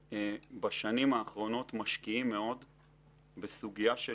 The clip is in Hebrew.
בשנים האחרונות אנחנו משקיעים מאוד בסוגיה של